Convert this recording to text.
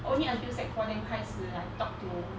only until sec four then 开始 like talk to